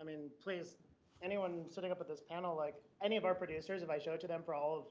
i mean, please anyone setting up but a panel, like any of our producers if i showed to them for all of